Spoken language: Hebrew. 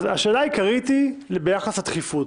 השאלה העיקרית היא ביחס לדחיפות.